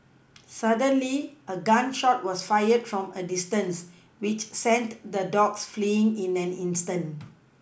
suddenly a gun shot was fired from a distance which sent the dogs fleeing in an instant